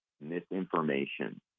misinformation